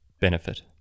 benefit